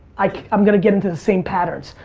like i'm gonna get into the same patterns.